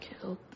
killed